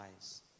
eyes